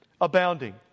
abounding